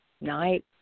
night